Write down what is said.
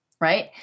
right